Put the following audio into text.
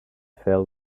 fell